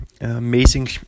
amazing